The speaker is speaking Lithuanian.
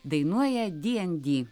dainuoja dnd